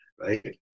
right